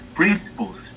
principles